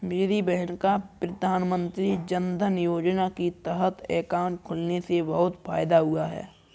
मेरी बहन का प्रधानमंत्री जनधन योजना के तहत अकाउंट खुलने से बहुत फायदा हुआ है